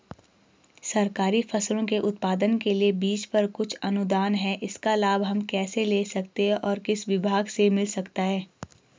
सरकारी फसलों के उत्पादन के लिए बीज पर कुछ अनुदान है इसका लाभ हम कैसे ले सकते हैं और किस विभाग से मिल सकता है?